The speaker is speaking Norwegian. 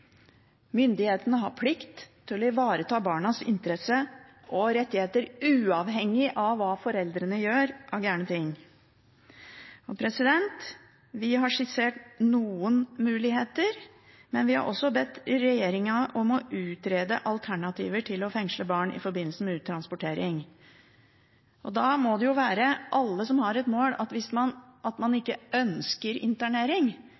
Myndighetene har plikt til å ivareta barnas interesser og rettigheter uavhengig av hva foreldrene gjør av gale ting. Vi har skissert noen muligheter, men vi har også bedt regjeringen om å utrede alternativer til å fengsle barn i forbindelse med uttransportering. Da må jo alle som har som mål at man